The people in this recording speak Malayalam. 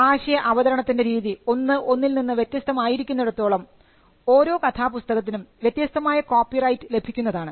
ആശയ അവതരണത്തിൻറെ രീതി ഒന്ന് ഒന്നിൽ നിന്ന് വ്യത്യസ്തമായിരിക്കുന്നിടത്തോളം ഓരോ കഥാപുസ്തകത്തിനും വ്യത്യസ്തമായ കോപ്പിറൈറ്റ് റൈറ്റ് ലഭിക്കുന്നതാണ്